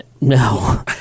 No